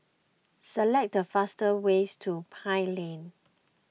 select the fastest way to Pine Lane